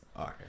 Okay